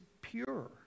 pure